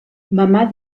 mamà